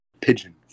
pigeon